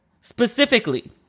specifically